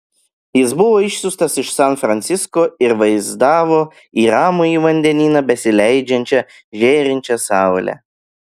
jis buvo išsiųstas iš san francisko ir vaizdavo į ramųjį vandenyną besileidžiančią žėrinčią saulę